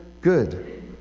good